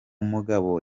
mugabo